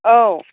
औ